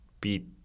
beat